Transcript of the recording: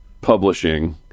publishing